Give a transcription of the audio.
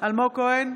אלמוג כהן,